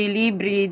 libri